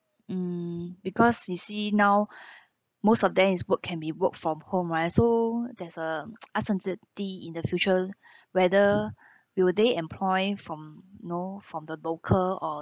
mm because you see now most of them is work can be work from home right so there's a uncertainty in the future whether will they employ from you know from the local or